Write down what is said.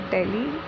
Delhi